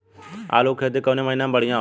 आलू क खेती कवने महीना में बढ़ियां होला?